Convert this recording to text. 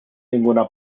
ninguna